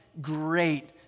great